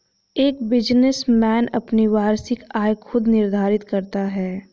एक बिजनेसमैन अपनी वार्षिक आय खुद निर्धारित करता है